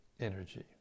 energy